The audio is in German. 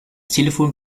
telefon